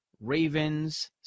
Ravens